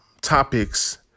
topics